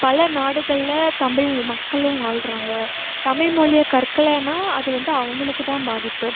பல நாடுகளில் தமிழ் மக்களும் வாழ்றாங்க தமிழ் மொழிய கற்கலேனால் அது வந்து அவங்களுக்கு தான் பாதிப்பு